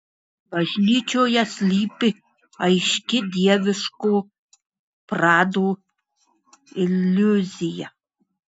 bažnyčioje slypi aiški dieviško prado iliuzija